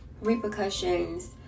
repercussions